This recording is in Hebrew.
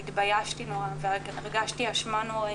התביישתי מאוד והרגשתי אשמה נוראית.